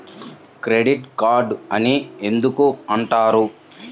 Debit card అని ఎందుకు అంటారు?